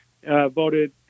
Voted